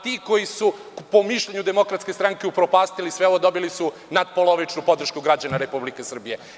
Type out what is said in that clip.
Ti koji su po mišljenju Demokratske stranke upropastili sve ovo, dobili su natpolovičnu podršku građana Republike Srbije.